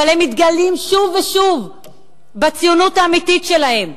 אבל הם מתגלים שוב ושוב בציונות האמיתית שלהם.